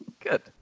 Good